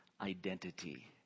identity